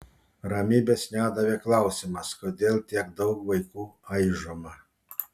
ramybės nedavė klausimas kodėl tiek daug vaikų aižoma